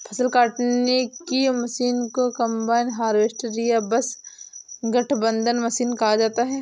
फ़सल काटने की मशीन को कंबाइन हार्वेस्टर या बस गठबंधन मशीन कहा जाता है